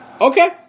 okay